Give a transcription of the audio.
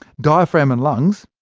diaphragm and lungs,